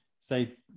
say